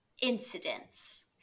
incidents